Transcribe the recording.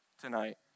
tonight